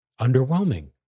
underwhelming